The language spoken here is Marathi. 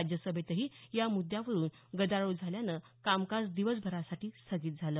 राज्यसभेतही या मुद्यावरुन गदारोळ झाल्यानं कामकाज दिवसभरासाठी स्थगित झालं